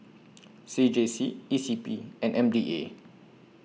C J C E C P and M D A